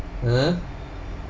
!huh!